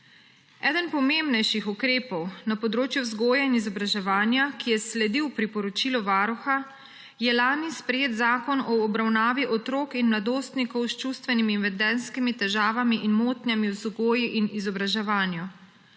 Eden pomembnejših ukrepov na področju vzgoje in izobraževanja, ki je sledil priporočilu Varuha, je lani sprejet Zakon o obravnavi otrok in mladostnikov s čustvenimi in vedenjskimi težavami in motnjami v vzgoji in izobraževanju.